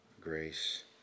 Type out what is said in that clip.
grace